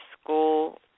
school